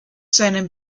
seinem